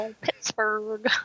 Pittsburgh